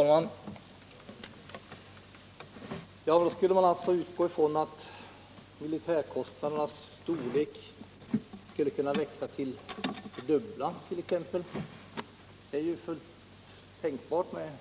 Herr talman! Då skulle man alltså utgå från att militärkostnadernas storlek kan växa exempelvis till det dubbla — det är ju fullt tänkbart med